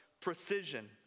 precision